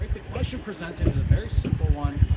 like the question presented is a very simple one.